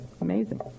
Amazing